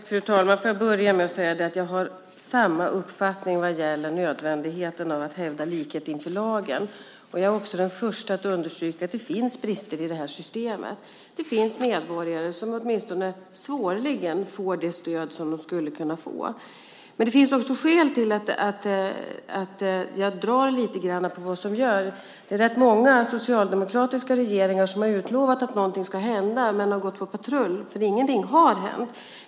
Fru talman! Får jag börja med att säga att jag har samma uppfattning vad gäller nödvändigheten av att hävda likhet inför lagen. Jag är också den första att understryka att det finns brister i systemet. Det finns medborgare som svårligen får det stöd som de skulle kunna få. Men det finns också skäl till att jag drar lite grann på vad som görs. Det är rätt många socialdemokratiska regeringar som har utlovat att någonting ska hända, men har gått på patrull, för ingenting har hänt.